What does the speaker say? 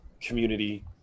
community